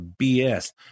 BS